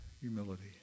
humility